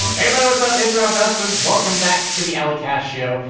everybody, what's up? it's rob dodson. welcome back to the ally casts show.